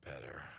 better